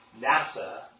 NASA